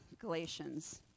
Galatians